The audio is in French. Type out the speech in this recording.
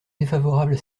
défavorables